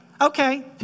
Okay